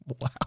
Wow